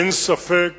אין ספק